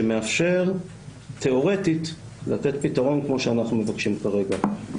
שמאפשר תיאורטית לתת פתרון כמו שאנחנו מבקשים כרגע.